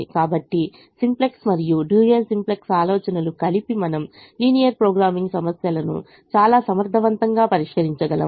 కాబట్టి సింప్లెక్స్ మరియు dual simplex ఆలోచనలు కలిపి మనం లీనియర్ ప్రోగ్రామింగ్ సమస్యలను చాలా సమర్థవంతంగా పరిష్కరించగలము